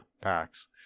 packs